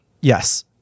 yes